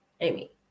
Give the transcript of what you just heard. Amy